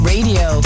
Radio